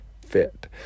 fit